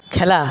খেলা